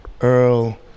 Earl